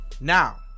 Now